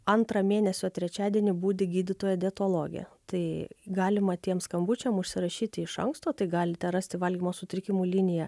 antrą mėnesio trečiadienį budi gydytoja dietologė tai galima tiem skambučiam užsirašyti iš anksto tai galite rasti valgymo sutrikimų liniją